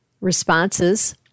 Responses